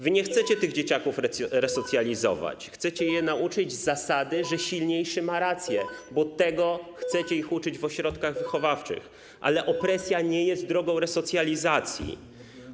Wy nie chcecie tych dzieciaków resocjalizować, chcecie je nauczyć zasady, że silniejszy ma rację, bo tego chcecie ich uczyć w ośrodkach wychowawczych, ale opresja nie jest drogą resocjalizacji.